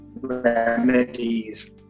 remedies